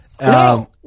No